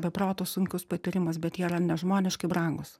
be proto sunkus patyrimas bet jie yra nežmoniškai brangūs